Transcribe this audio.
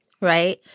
right